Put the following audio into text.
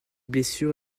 blessure